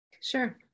Sure